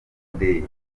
day